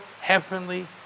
heavenly